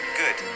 good